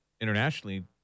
internationally